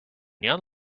neon